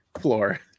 floor